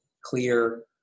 clear